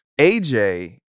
AJ